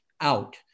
out